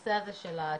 בנושא של הצעירים,